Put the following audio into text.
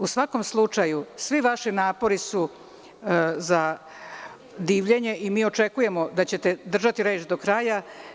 U svakom slučaju, svi vaši napori su za divljenje i očekujemo da ćete držati reč do kraja.